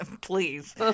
Please